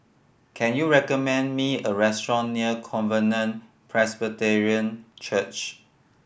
can you recommend me a restaurant near Covenant Presbyterian Church